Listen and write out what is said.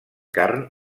carn